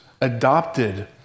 adopted